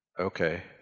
okay